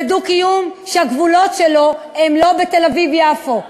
זה דו-קיום שהגבולות שלו הם לא בתל-אביב יפו,